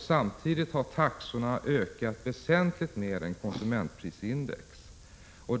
Samtidigt har taxorna ökat väsentligt mer än konsumentprisindex.